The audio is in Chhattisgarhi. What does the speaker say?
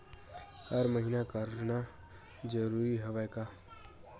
हर महीना करना जरूरी हवय का?